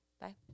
Bye